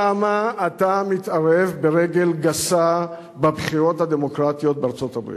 למה אתה מתערב ברגל גסה בבחירות הדמוקרטיות בארצות-הברית?